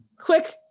quick